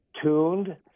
Tuned